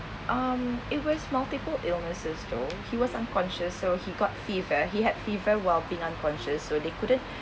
um it was multiple illnesses though he was unconscious so he got fever he had fever while being unconscious so they couldn't